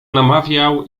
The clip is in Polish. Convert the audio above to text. namawiał